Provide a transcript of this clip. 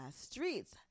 streets